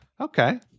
Okay